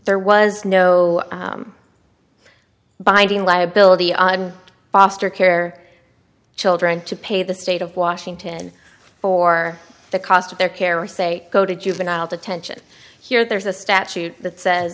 there was no binding liability on foster care children to pay the state of washington for the cost of their care or say go to juvenile detention here there's a statute that says